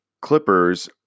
clippers